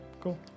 Cool